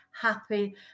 happy